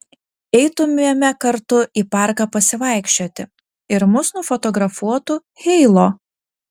eitumėme kartu į parką pasivaikščioti ir mus nufotografuotų heilo